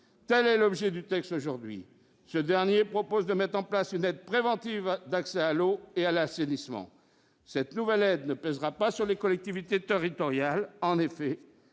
Tel est l'objet du texte discuté aujourd'hui, qui propose de mettre en place une aide préventive d'accès à l'eau et à l'assainissement. Cette nouvelle aide ne pèsera pas sur les collectivités territoriales. En effet,